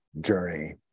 journey